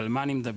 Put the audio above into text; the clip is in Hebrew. ועל מה אני מדבר?